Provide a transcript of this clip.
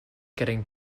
getting